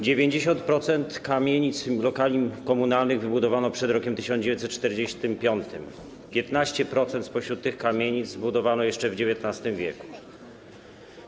90% kamienic, lokali komunalnych wybudowano przed rokiem 1945, 15% spośród tych kamienic zbudowano jeszcze w XIX w.